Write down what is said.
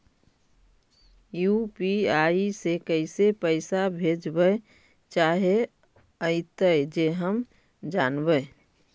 UPI से कैसे पैसा भेजबय चाहें अइतय जे हम जानबय?